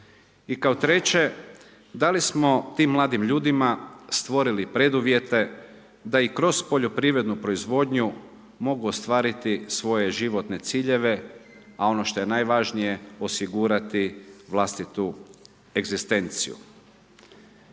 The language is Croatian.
I kao treće, da li smo tim mladim ljudima stvorili preduvjete da i kroz poljoprivrednu proizvodnju mogu ostvariti svoje životne ciljeve a ono što je najvažnije, osigurati vlastitu egzistenciju?